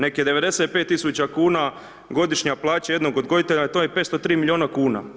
Nek je 95 tisuća kn, godišnja plaća jednog odgojitelja, to je 503 milijuna kn.